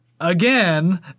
again